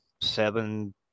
Seven